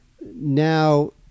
Now